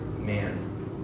man